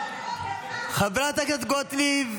חברת הכנסת גוטליב.